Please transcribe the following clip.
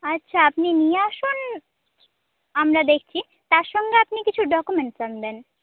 আচ্ছা আপনি নিয়ে আসুন আমরা দেখছি তার সঙ্গে আপনি কিছু ডকুমেন্টস আনবেন